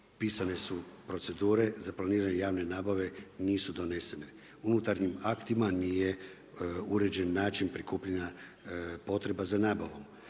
pisane su procedure, za planiranje javne nabave, nisu donesene. Unutarnjim aktima, nije uređen način prikupljanja potreba za nabavom.